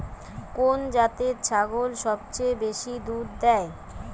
কোন জাতের ছাগল সবচেয়ে বেশি দুধ দেয়?